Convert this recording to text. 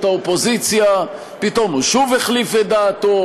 האופוזיציה פתאום הוא שוב החליף את דעתו,